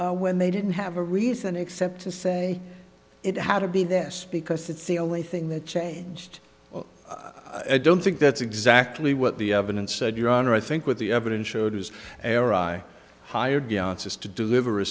me when they didn't have a reason except to say it how to be this because it's the only thing that changed i don't think that's exactly what the evidence said your honor i think what the evidence showed is an error by hire dancers to deliver a